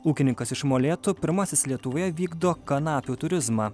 ūkininkas iš molėtų pirmasis lietuvoje vykdo kanapių turizmą